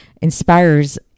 inspires